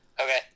Okay